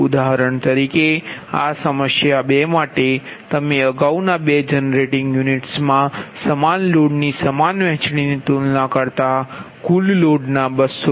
ઉદાહરણ તરીકે આ સમસ્યા 2 માટે તમે અગાઉના બે જનરેટિંગ યુનિટ્સમાં સમાન લોડની સમાન વહેંચણીની તુલના કરતા કુલ લોડના 266